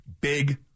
big